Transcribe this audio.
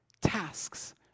tasks